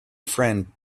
friend